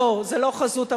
ולא, זו לא חזות הכול.